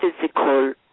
physical